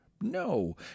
No